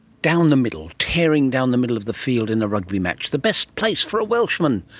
down the middle, tearing down the middle of the field in a rugby match, the best place for a welshman.